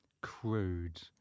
crude